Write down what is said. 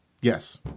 Yes